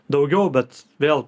daugiau bet vėl